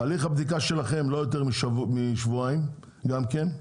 הליך הבדיקה שלכם, לא יותר משבועיים, גם כן,